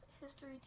history